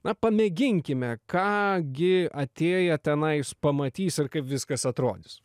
na pamėginkime ką gi atėję tenais pamatys ir kaip viskas atrodys